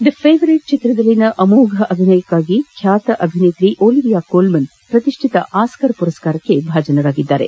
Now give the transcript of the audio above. the favourite ಚಿತ್ರದಲ್ಲಿನ ಅಮೋಘ ಅಭಿನಯಕ್ಕಾಗಿ ಖ್ಯಾತ ಅಭಿನೇತ್ರಿ ಒಲಿವಿಯಾ ಕೋಲ್ಮನ್ ಪ್ರತಿಷ್ಠಿತ ಆಸ್ಕರ್ ಪ್ರಶಸ್ತಿ ಪಡೆದಿದ್ದಾರೆ